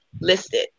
listed